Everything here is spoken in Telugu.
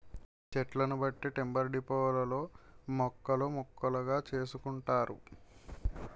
చెట్లను బట్టి టింబర్ డిపోలలో ముక్కలు ముక్కలుగా చేసుకుంటున్నారు